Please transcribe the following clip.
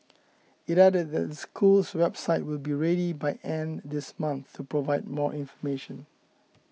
it added that the school's website will be ready by end this month to provide more information